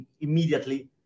immediately